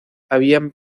habían